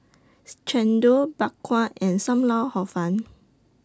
Chendol Bak Kwa and SAM Lau Hor Fun